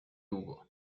hugo